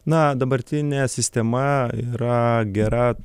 na dabartinė sistema yra gera